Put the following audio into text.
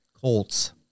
Colts